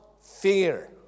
fear